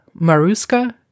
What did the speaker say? Maruska